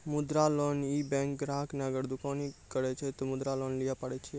मुद्रा लोन ये बैंक ग्राहक ने अगर दुकानी करे छै ते मुद्रा लोन लिए पारे छेयै?